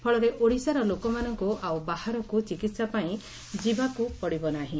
ଫଳରେ ଓଡ଼ିଶାର ଲୋକମାନଙ୍କୁ ଆଉ ବାହାରକୁ ଚିକିହାପାଇଁ ଯିବାକୁ ପଡ଼ିବ ନାହିଁ